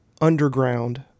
underground